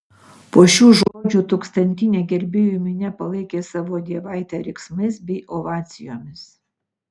po šių žodžių tūkstantinė gerbėjų minia palaikė savo dievaitę riksmais bei ovacijomis